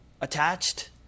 attached